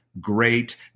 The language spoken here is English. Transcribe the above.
great